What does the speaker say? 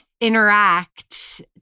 interact